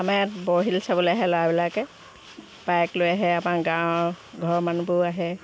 আমাৰ ইয়াত বৰশিল চাবলে আহে ল'ৰাবিলাকে বাইক লৈ আহে আমাৰ গাঁৱৰ ঘৰৰ মানুহবোৰো আহে